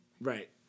Right